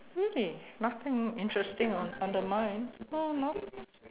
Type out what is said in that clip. really nothing interesting under mine uh no